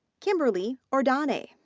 kimberley ordonez.